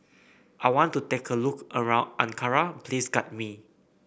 I want to take a look around Ankara Please guide me